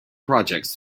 projects